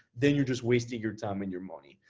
then you're just wasting your time and your money.